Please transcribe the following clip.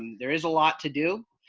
there is a lot to do.